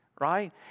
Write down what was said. right